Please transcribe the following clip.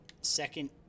second